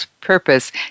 purpose